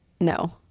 no